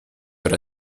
era